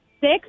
six